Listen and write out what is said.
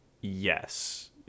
yes